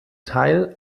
teil